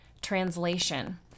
translation